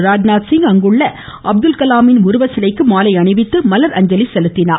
ராஜ்நாத்சிங் அங்குள்ள அப்துல் கலாமின் உருவ சிலைக்கு மாலை அணிவித்து மலரஞ்சலி செலுத்தினார்